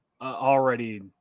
already